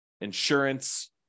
insurance